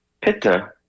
Pitta